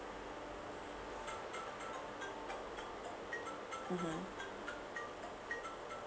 mmhmm